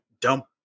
Dump